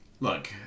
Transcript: Look